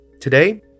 Today